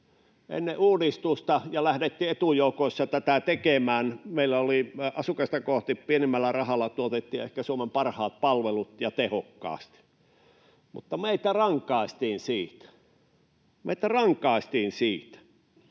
Ennen uudistusta lähdettiin etujoukoissa tätä tekemään. Meillä asukasta kohti pienemmällä rahalla tuotettiin ehkä Suomen parhaat palvelut ja tehokkaasti, mutta meitä rankaistiin siitä. Meitä rankaistiin siitä.